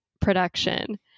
production